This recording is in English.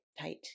tight